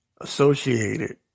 associated